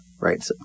right